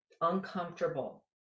Uncomfortable